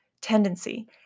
tendency